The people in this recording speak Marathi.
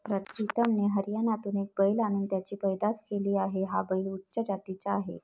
प्रीतमने हरियाणातून एक बैल आणून त्याची पैदास केली आहे, हा बैल उच्च जातीचा आहे